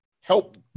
help